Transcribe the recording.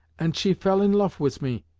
ant she fell in loaf wis me.